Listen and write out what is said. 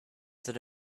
that